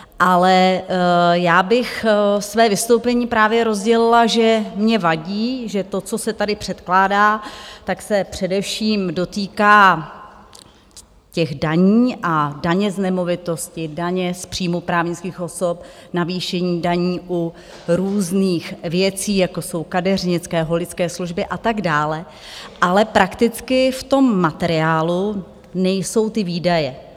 Ale já bych své vystoupení právě rozdělila, že mně vadí, že to, co se tady předkládá, tak se především dotýká těch daní a daně z nemovitosti, daně z příjmu právnických osob, navýšení daní u různých věcí, jako jsou kadeřnické, holičské služby a tak dále, ale prakticky v tom materiálu nejsou ty výdaje.